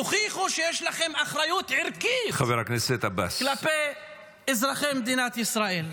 תוכיחו שיש לכם אחריות ערכית כלפי אזרחי מדינת ישראל.